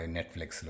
Netflix